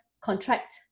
contract